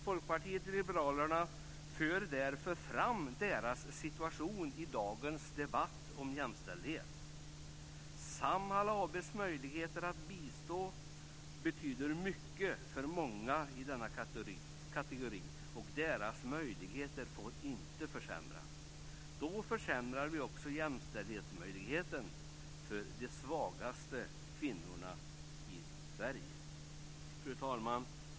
Folkpartiet liberalerna för därför fram deras situation i dagens debatt om jämställdhet. Samhall AB:s möjligheter att bistå betyder mycket för många i denna kategori, och deras möjligheter får inte försämras. Då försämrar vi också jämställdhetsmöjligheten för de svagaste kvinnorna i Sverige. Fru talman!